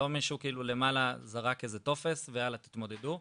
לא מישהו למעלה זרק איזה טופס ויאללה תתמודדו,